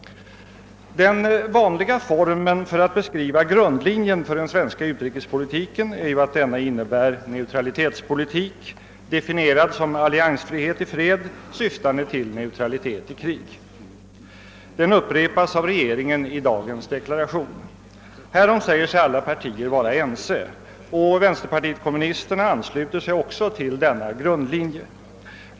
Den vanliga formeln för att beskriva grundlinjen för den svenska utrikespolitiken är att den innebär neutralitet, definierad som alliansfrihet i fred syftande till neutralitet i krig. Den formeln upprepas av regeringen i dagens deklaration, och härom säger sig alla partier vara ense. Vänsterpartiet kommunisterna ansluter sig också till denna grund linje.